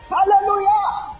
Hallelujah